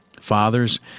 Fathers